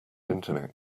internet